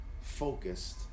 focused